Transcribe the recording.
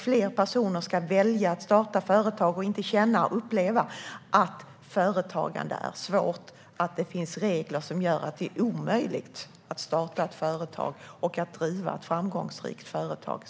Fler personer ska välja att starta företag och inte känna och uppleva att företagande är svårt och att det finns regler som gör att det är omöjligt att starta och driva ett framgångsrikt företag.